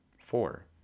Four